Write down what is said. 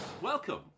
Welcome